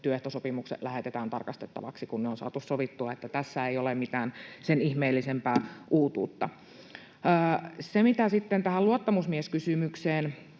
työehtosopimukset lähetetään tarkastettaviksi, kun ne on saatu sovittua, niin että tässä ei ole mitään sen ihmeellisempää uutuutta. Mitä sitten tähän luottamusmieskysymykseen